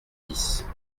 dix